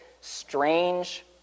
strange